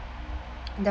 the